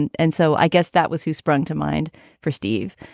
and and so i guess that was who sprung to mind for steve.